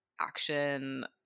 action